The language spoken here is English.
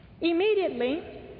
Immediately